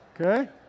Okay